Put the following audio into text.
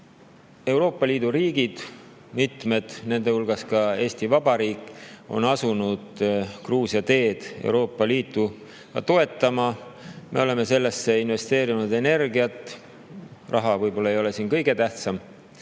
Euroopa Liidu riigid, nende hulgas ka Eesti Vabariik, on asunud Gruusia teed Euroopa Liitu toetama. Me oleme sellesse investeerinud energiat. Raha võib-olla ei ole siin kõige tähtsam.